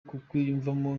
kukwiyumvamo